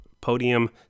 podium